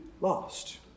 lost